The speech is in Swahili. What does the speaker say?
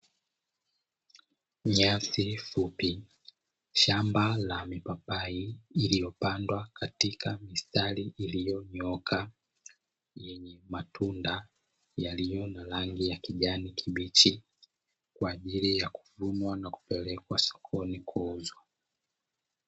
Nyasi fupi, shamba la mipapai iliyopandwa katika mistari iliyonyooka yenye matunda yaliyo na rangi ya kijani kibichi; kwa ajili ya kuvunwa na kupelekwa sokoni kuuzwa.